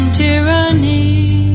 tyranny